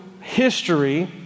history